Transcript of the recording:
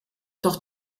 doch